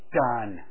done